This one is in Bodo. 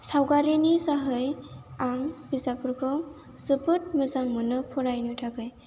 सावगारिनि जोहै आं बिजाबफोरखौ जोबोद मोजां मोनो फरायनो थाखाय